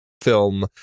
film